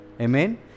Amen